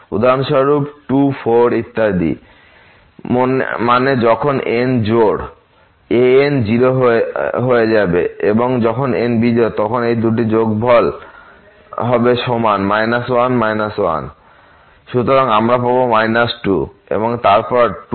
উদাহরণস্বরূপ 24 ইত্যাদি মানে যখন n জোড় an 0 হয়ে যাবে এবং যখন n বিজোড় হবে তখন এই দুটি যোগ হবে সমান 1 1 সুতরাং আমরা পাব 2 এবং তারপর 2 ইতিমধ্যে আছে